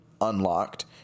unlocked